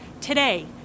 today